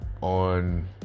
on